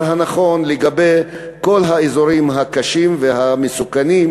הנכון לגבי כל האזורים הקשים והמסוכנים,